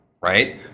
right